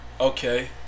Okay